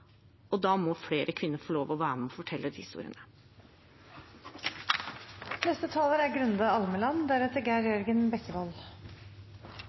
synes. Da må flere kvinner få lov til å være med og fortelle de historiene. Er